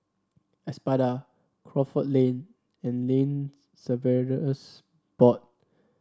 Espada Crawford Lane and Land Surveyors Board